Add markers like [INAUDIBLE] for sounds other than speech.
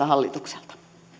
[UNINTELLIGIBLE] hallitukselta